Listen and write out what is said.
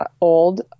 old